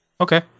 okay